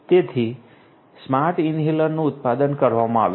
તેથી સ્માર્ટ ઇન્હેલરનું ઉત્પાદન કરવામાં આવ્યું છે